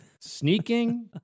Sneaking